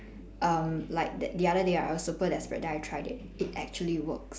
um like the the other day I was super desperate then I tried it it actually works